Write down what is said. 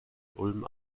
ulm